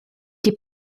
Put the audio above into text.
die